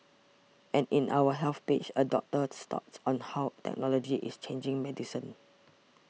and in our Health page a doctor's thoughts on how technology is changing medicine